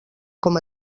com